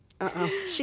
uh-oh